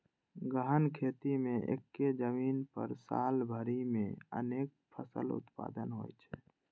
गहन खेती मे एक्के जमीन पर साल भरि मे अनेक फसल उत्पादन होइ छै